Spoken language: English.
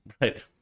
right